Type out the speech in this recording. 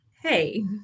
hey